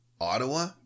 Ottawa